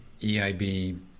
EIB